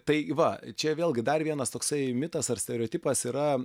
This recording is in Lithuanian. tai va čia vėlgi dar vienas toksai mitas ar stereotipas yra